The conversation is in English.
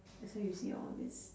that's why you see all these